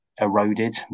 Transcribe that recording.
eroded